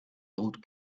old